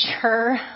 sure